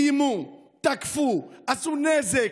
איימו, תקפו, עשו נזק,